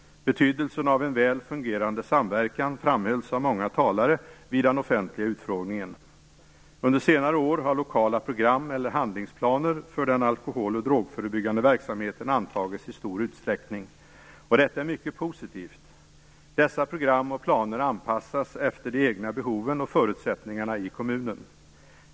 Betydelsen av en väl fungerande samverkan framhölls av många talare vid den offentliga utfrågningen. Under senare år har lokala program eller handlingsplaner för den alkohol och drogförebyggande verksamheten antagits i stor utsträckning. Detta är mycket positivt. Dessa program och planer anpassas efter de egna behoven och förutsättningarna i kommunen.